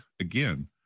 Again